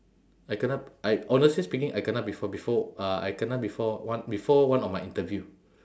I kena I honestly speaking I kena before before uh I kena before one before one of my interview